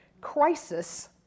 Crisis